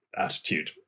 attitude